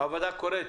הוועדה קוראת